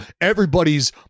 everybody's